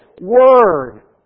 word